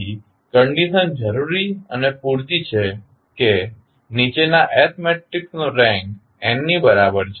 તેથી કંડીશન જરૂરી અને પૂરતી છે કે નીચેના S મેટ્રિક્સનો રેન્ક n ની બરાબર છે